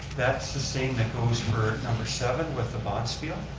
that's the same that goes for number seven with obaspio.